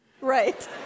Right